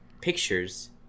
pictures